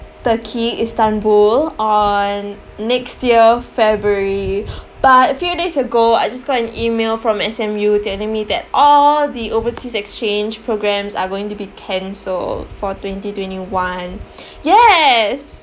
Turkey Istanbul on next year february but few days ago I just got an email from S_M_U telling me that all the overseas exchange programmes are going to be cancelled for twenty twenty one yes